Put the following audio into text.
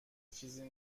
چیزی